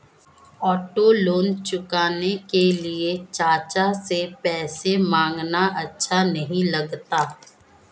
auto loan चुकाने के लिए चाचा से पैसे मांगना अच्छा नही लगता